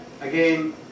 again